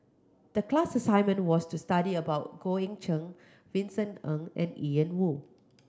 the class assignment was to study about Goh Eck Kheng Vincent Ng and Ian Woo